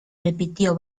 repitió